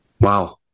Wow